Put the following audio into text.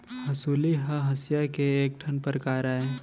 हँसुली ह हँसिया के एक ठन परकार अय